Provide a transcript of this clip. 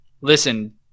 listen